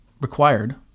required